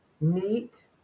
neat